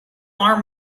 alarm